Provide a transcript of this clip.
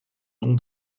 nom